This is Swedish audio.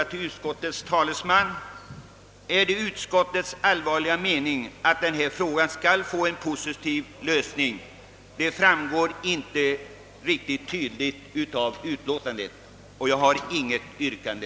till utskottets talesman: Är det utskot tets allvarliga mening att denna fråga skall få en positiv lösning? Det fram går inte riktigt tydligt av utlåtandet. Jag har inget yrkande.